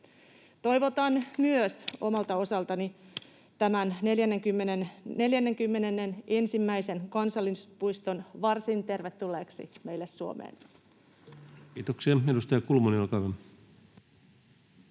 Toivotan myös omalta osaltani tämän 41. kansallispuiston varsin tervetulleeksi meille Suomeen. [Speech 120] Speaker: